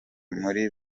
muri